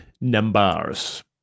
numbers